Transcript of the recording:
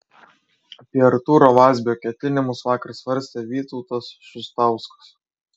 apie artūro vazbio ketinimus vakar svarstė vytautas šustauskas